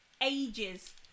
ages